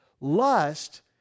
Lust